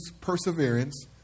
perseverance